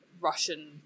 russian